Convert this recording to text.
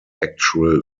actual